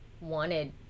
wanted